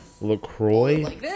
LaCroix